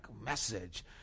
message